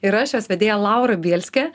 ir aš jos vedėja laura bielskė